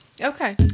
Okay